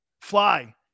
Fly